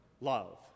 love